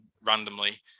randomly